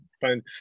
fine